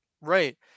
Right